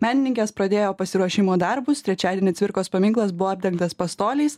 menininkės pradėjo pasiruošimo darbus trečiadienį cvirkos paminklas buvo apdengtas pastoliais